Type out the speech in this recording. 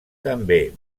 també